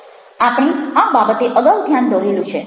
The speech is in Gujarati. આપણે આ બાબતે અગાઉ ધ્યાન દોરેલું છે